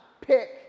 pick